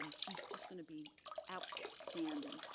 she's just gonna be outstanding